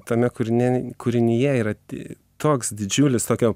tame kūrine kūrinyje yra ti toks didžiulis tokio